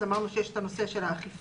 אמרנו שיש את נושא האכיפה,